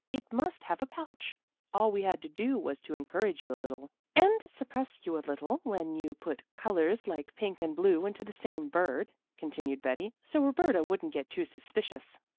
it must have a pouch all we had to do was to encourage you a little. and suppress you a little when you put colors like pink and blue into the same bird, continued betty, so roberta wouldn't get too suspicious.